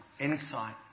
insight